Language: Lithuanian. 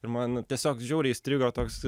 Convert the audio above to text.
ir man tiesiog žiauriai įstrigo toks